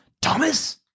Thomas